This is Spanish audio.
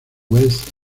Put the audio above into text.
west